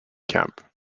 camp